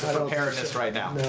preparedness right now?